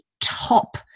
top